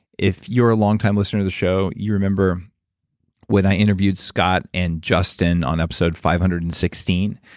if you're a longtime listener to the show, you remember when i interviewed scott and justin on episode five hundred and sixteen.